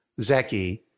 Zeki